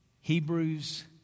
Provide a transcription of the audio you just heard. Hebrews